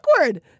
awkward